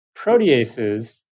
proteases